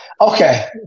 Okay